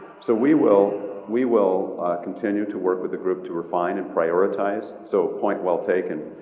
so we will, we will continue to work with the group to refine and prioritize. so point well taken.